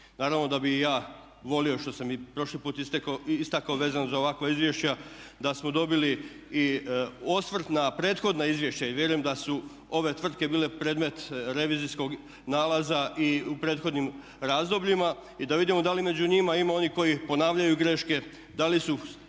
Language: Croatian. Naravno da bih i ja volio, što sam i prošli put istakao vezano za ovakva izvješća, da smo dobili i osvrt na prethodna izvješća. Vjerujem da su ove tvrtke bile predmet revizijskog nalaza i u prethodnim razdobljima. Da vidimo da li među njima ima onih koji ponavljaju greške, da li su